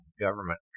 government